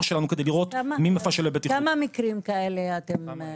שלנו כדי לראות מי --- כמה מקרים כאלה אתם הוצאתם?